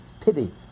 Pity